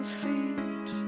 feet